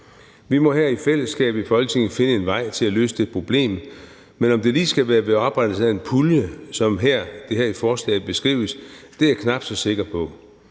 her i Folketinget finde en vej til at løse det problem, men om det lige skal være ved oprettelse af en pulje, som det her i forslaget beskrives, er jeg knap så sikker på.